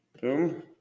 Boom